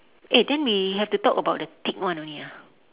eh then we have to talk about the ticked one only ah